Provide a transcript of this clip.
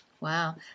Wow